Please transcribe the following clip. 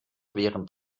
während